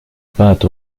pâte